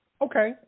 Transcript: okay